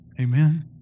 Amen